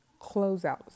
closeout